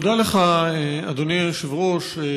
תודה לך, אדוני היושב-ראש.